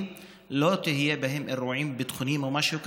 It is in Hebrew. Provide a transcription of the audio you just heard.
לא יהיו אירועים ביטחוניים או משהו כזה,